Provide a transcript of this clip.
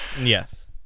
yes